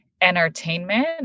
entertainment